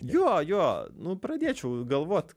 jo jo nu pradėčiau galvot